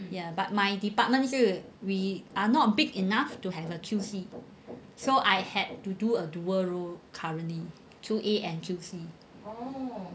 ya but my department 是 we are not big enough to have a Q_C so I had to do a dual role currently Q_A and Q_C